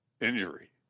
injury